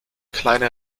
kleine